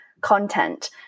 content